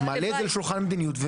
מעלה את זה לשולחן המדיניות.